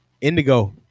Indigo